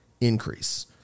increase